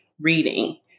reading